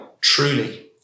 truly